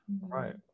right